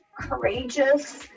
courageous